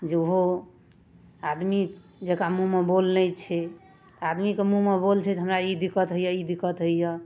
जे ओहो आदमी जकाँ मुँहमे बोल नहि छै आदमीके मुँहमे बोल छै जे हमरा ई दिक्कत हैय यऽ ई दिक्कत हैय यऽ